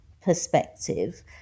perspective